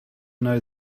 know